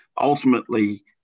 ultimately